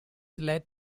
led